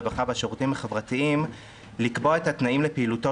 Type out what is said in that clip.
הרווחה והשירותים החברתיים לקבוע את התנאים לפעילותו